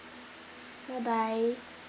bye bye